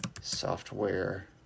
software